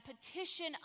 petition